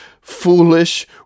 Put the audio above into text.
foolish